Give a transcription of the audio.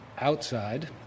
outside